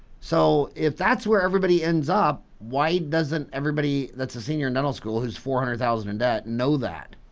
so if that's where everybody ends up why doesn't everybody that's a senior in dental school who's four hundred thousand in debt know that.